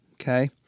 okay